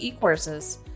courses